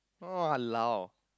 !walao!